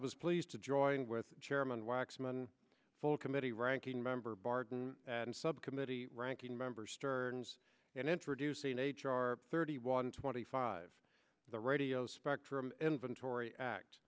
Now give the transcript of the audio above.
was pleased to join with chairman waxman full committee ranking member barton and subcommittee ranking member stearns and introducing h r thirty one twenty five the radio spectrum inventory act